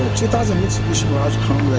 two thousand mitsubishi mirage come